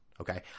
okay